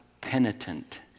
penitent